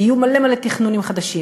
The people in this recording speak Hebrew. יהיו מלא מלא תכנונים חדשים.